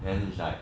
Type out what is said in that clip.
then it's like